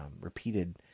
repeated